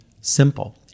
simple